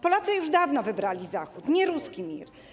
Polacy już dawno wybrali Zachód, nie ruski mir.